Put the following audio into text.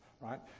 right